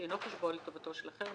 שאינו חשבון לטובתו של אחר,